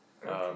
um